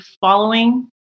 following